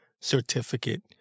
certificate